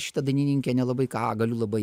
apie šitą dainininkę nelabai ką galiu labai